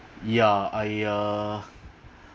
ya I uh